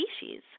species